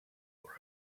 for